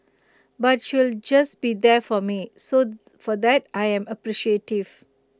but she'll just be there for me so for that I am appreciative